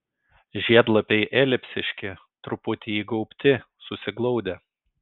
žiedlapiai elipsiški truputį įgaubti susiglaudę